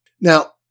Now